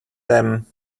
them